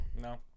no